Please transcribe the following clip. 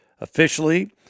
officially